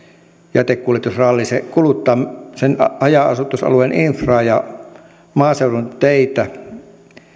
jätekuljetusralli kuluttaa sen haja asutusalueen infraa ja maaseudun teitä